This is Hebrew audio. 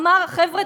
אמר: חבר'ה,